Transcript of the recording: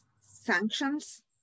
sanctions